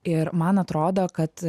ir man atrodo kad